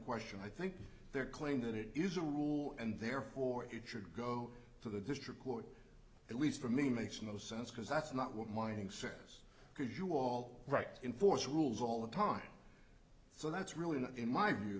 question i think their claim that it is a rule and therefore it should go to the district court at least for me makes no sense because that's not what mining service because you all right enforce rules all the time so that's really not in my view